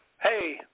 Hey